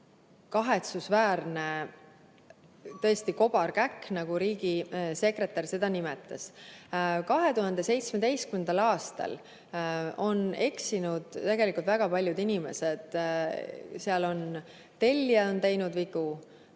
kahetsusväärne, tõesti kobarkäkk, nagu riigisekretär seda nimetas. 2017. aastal on tegelikult eksinud väga paljud inimesed, seal on tellija teinud vigu,